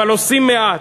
אבל עושים מעט.